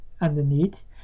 underneath